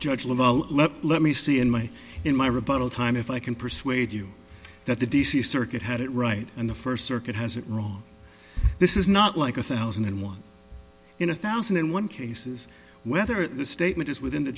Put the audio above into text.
judge laval let me see in my in my rebuttal time if i can persuade you that the d c circuit had it right and the first circuit has it wrong this is not like a thousand and one in a thousand and one cases whether the statement is within the